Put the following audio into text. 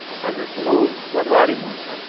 نہ حظ أسۍ یِمو بودوار یِمو أسۍ حظ